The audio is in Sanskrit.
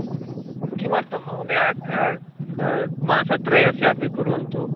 किमर्थं महोदय मासत्रयस्य अपि कुर्वन्तु